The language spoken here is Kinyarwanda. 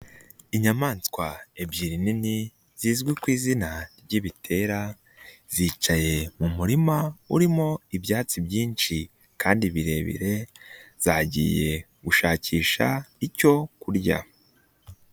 Inyamaswa ebyiri nini, zizwi ku izina ryibitera, zicaye mu murima urimo ibyatsi byinshi kandi birebire, zagiye gushakisha icyo kurya.